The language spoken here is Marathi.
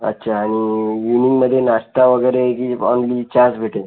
अच्छा आणि इवनिंगमध्ये नाश्ता वगैरे की अन्ली चहाच भेटेल